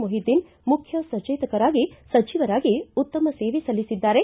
ಮೊಹಿದ್ದೀನ್ ಮುಖ್ಯ ಸಚೇತಕರಾಗಿ ಸಚಿವರಾಗಿ ಉತ್ತಮ ಸೇವೆ ಸಲ್ಲಿಸಿದ್ದಾರೆ